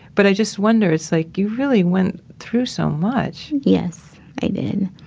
but i just wonder. it's like you really went through so much yes, i did.